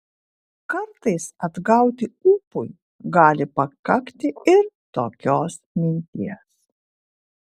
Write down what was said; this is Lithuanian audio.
kartais atgauti ūpui gali pakakti ir tokios minties